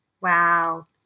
Wow